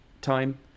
time